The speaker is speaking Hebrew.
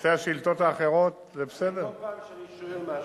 כל פעם שאני שואל משהו,